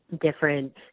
different